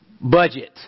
budget